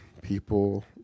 People